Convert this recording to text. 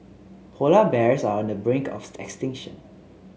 polar bears are on the brink of extinction